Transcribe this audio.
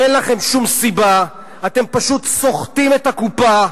אין לכם שום סיבה, אתם פשוט סוחטים את הקופה,